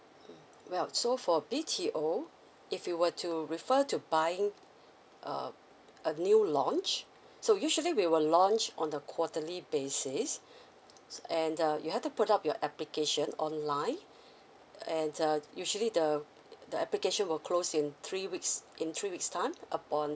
mm well so for B_T_O if you were to refer to buying um a new launch so usually we will launch on the quarterly basis and uh you have to put up your application online and uh usually the the application will close in three weeks in three weeks time upon